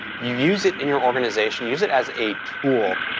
you use it in your organization use it as a tool.